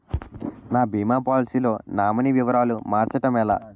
నా భీమా పోలసీ లో నామినీ వివరాలు మార్చటం ఎలా?